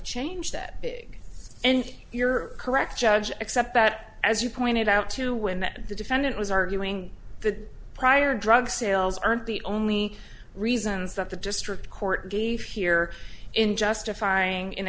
change that big and you're correct judge except that as you pointed out to win that the defendant was arguing the prior drug sales aren't the only reasons that the district court gave here in justifying